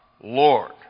Lord